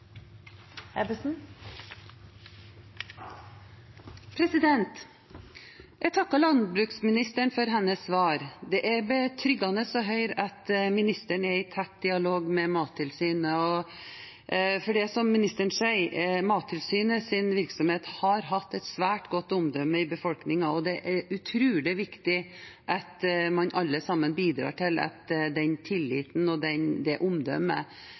med direktøren. Jeg takker landbruksministeren for hennes svar. Det er betryggende å høre at ministeren er i tett dialog med Mattilsynet, for det er som ministeren sier: Mattilsynets virksomhet har hatt et svært godt omdømme i befolkningen, og det er utrolig viktig at vi alle sammen bidrar til at den tilliten og det omdømmet